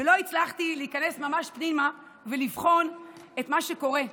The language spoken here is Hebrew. ולא הצלחתי להיכנס ממש פנימה ולבחון את מה שקורה,